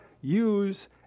use